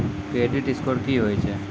Credit score की होय छै?